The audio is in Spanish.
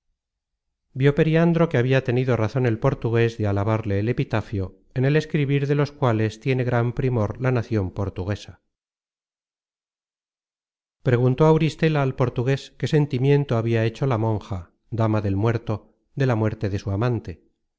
vió periandro que habia tenido razon el portugues de alabarle el epitafio en el escribir de los cuales tiene gran primor la nacion portuguesa preguntó auristela al portugues qué sentimiento habia hecho la monja dama del muerto de la muerte de su amante el